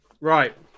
Right